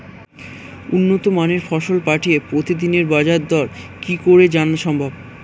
উন্নত মানের ফসল পাঠিয়ে প্রতিদিনের বাজার দর কি করে জানা সম্ভব?